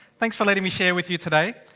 thanks for letting me share with you today.